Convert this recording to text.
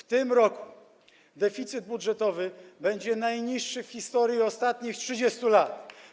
W tym roku deficyt budżetowy będzie najniższy w historii ostatnich 30 lat.